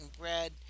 bread